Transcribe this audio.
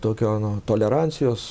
tokio na tolerancijos